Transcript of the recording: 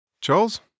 Charles